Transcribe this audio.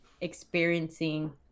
experiencing